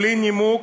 בלי נימוק,